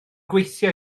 gweithio